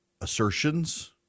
assertions